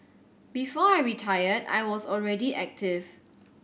before I retired I was already active